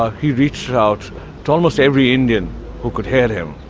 he reached out to almost every indian who could hear him.